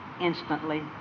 instantly